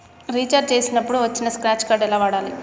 Recharge చేసినప్పుడు వచ్చిన scratch card ఎలా వాడాలి?